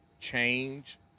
change